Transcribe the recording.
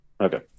Okay